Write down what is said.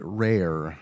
rare